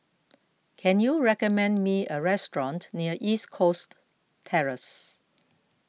can you recommend me a restaurant near East Coast Terrace